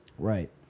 right